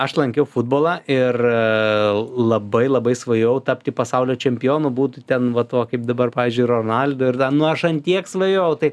aš lankiau futbolą ir labai labai svajojau tapti pasaulio čempionu būt ten va tuo kaip dabar pavyzdžiui ronaldo ir nu aš an tiek svajojau tai